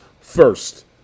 first